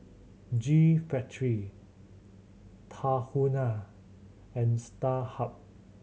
G Factory Tahuna and Starhub